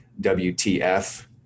WTF